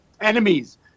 enemies